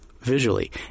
visually